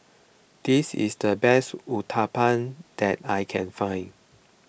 this is the best Uthapam that I can find